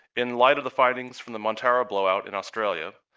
in light of the findings from the montara blow-out in australia,